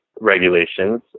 regulations